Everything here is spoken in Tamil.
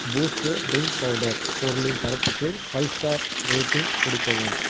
பூஸ்ட்டு ட்ரிங்க் பவுடர் பொருளின் தரத்துக்கு ஃ பைவ் ஸ்டார் ரேட்டிங் கொடுக்கவும்